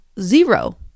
zero